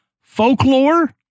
folklore